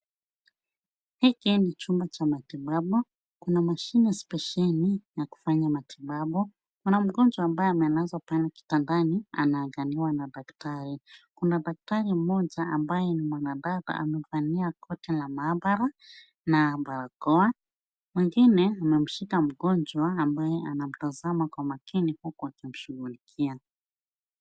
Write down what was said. Hiki ni chumba cha matibabu. Kuna mashine spesheli ya kufanya matibabu. Kuna mgonjwa ambaye amelazwa pale kitandani anaangaliwa na daktari. Kuna daktari mmoja ambaye ni mwanababa amevalia koti la maabara na barakoa. Mwingine amemshika mgonjwa ambaye anamtazama kwa makini huku akimshughulikia.